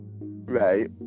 Right